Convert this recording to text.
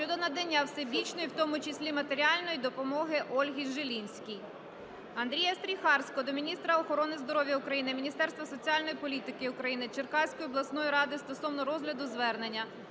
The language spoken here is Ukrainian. щодо надання всебічної, в тому числі матеріальної, допомоги Ользі Жилінській.